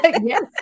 yes